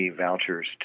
vouchers